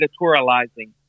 editorializing